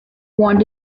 want